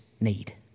need